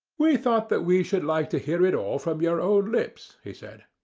we thought that we should like to hear it all from your own lips, he said.